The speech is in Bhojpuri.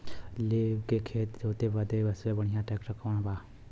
लेव के खेत जोते बदे सबसे बढ़ियां ट्रैक्टर कवन बा?